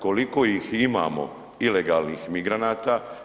Koliko ih imamo ilegalnih migranata?